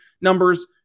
numbers